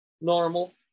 normal